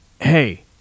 hey